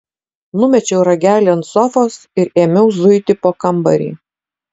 numečiau ragelį ant sofos ir ėmiau zuiti po kambarį